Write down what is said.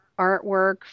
artwork